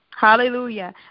Hallelujah